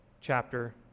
chapter